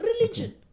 Religion